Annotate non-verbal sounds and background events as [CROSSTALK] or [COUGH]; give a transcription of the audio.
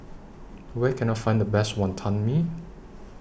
Where Can I Find The Best Wantan Mee [NOISE]